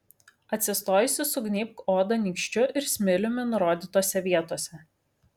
atsistojusi sugnybk odą nykščiu ir smiliumi nurodytose vietose